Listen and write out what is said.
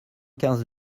quinze